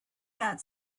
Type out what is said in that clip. that